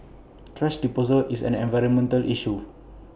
thrash disposal is an environmental issue